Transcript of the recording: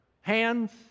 hands